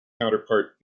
counterpart